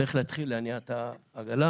צריך להתחיל להניע את העגלה.